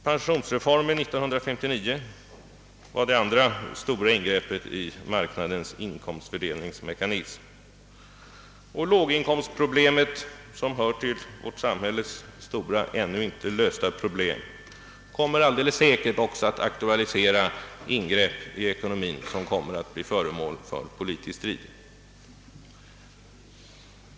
Pensionsreformen 1959 var det andra stora ingreppet i marknadens inkomstfördelningsmekanism. <Låglöneproble met, som hör till vårt samhälles stora, ännu inte lösta problem, kommer alldeles säkert att aktualisera ingrepp i ekonomin som kommer att bli föremål för politisk strid.